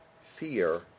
fear